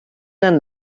and